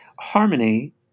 Harmony